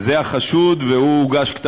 זה החשוד והגשת כתב-אישום.